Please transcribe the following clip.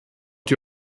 die